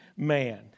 man